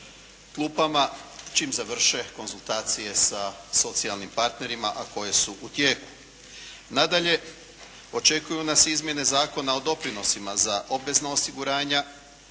klupama čim završe konzultacije sa socijalnim partnerima a koje su u tijeku. Nadalje, očekuju nas izmjene zakona o doprinosima za obvezna osiguranja,